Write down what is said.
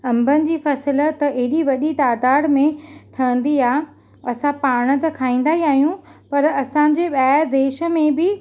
अंबनि जी फ़सुलु त ऐॾी वॾी तइदादु में थींदी आहे असां पाण त खाईंदा ई आहियूं पर असांजे ॿाहिरि देश में बि